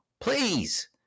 please